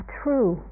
true